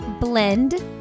Blend